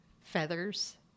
feathers